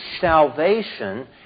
salvation